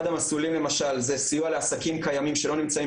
אחד המסלולים למשל זה סיוע לעסקים קיימים שלא נמצאים